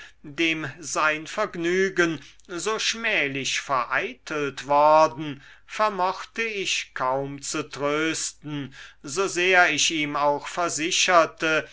dem sein vergnügen so schmählich vereitelt worden vermochte ich kaum zu trösten so sehr ich ihm auch versicherte